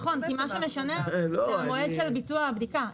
נכון, כי מה שמשנה זה המועד של ביצוע הבדיקה.